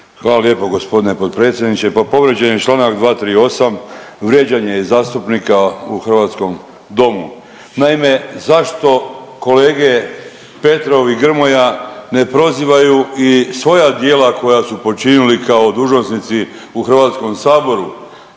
Hvala lijepa gospodine potpredsjedniče. Pa povrijeđen je članak 238. vrijeđanje zastupnika u hrvatskom Domu. Naime, zašto kolege Petrov i Grmoja ne prozivaju i svoja djela koja su počinili kao dužnosnici u Hrvatskom saboru,